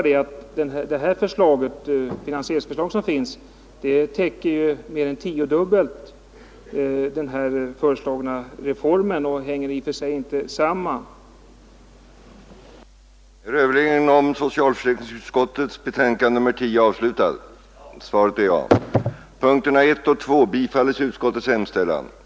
Det finansieringsförslag som finns — jag upprepar det — täcker mer än tiodubbelt den föreslagna reformen men hänger i och för sig inte samman med den.